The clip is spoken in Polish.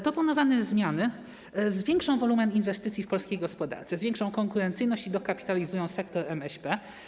Proponowane zmiany zwiększą wolumen inwestycji w polskiej gospodarce, zwiększą konkurencyjność i dokapitalizują sektor MŚP.